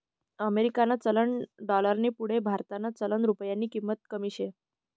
अमेरिकानं चलन डालरनी पुढे भारतनं चलन रुप्यानी किंमत कमी शे